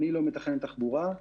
אני לא מתכנן תחבורה.